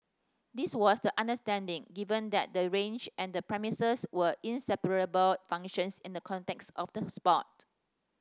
this was the understanding given that the range and the premises were inseparable functions in the context of the sport